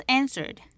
answered